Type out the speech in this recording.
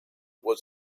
was